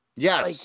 Yes